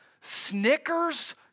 Snickers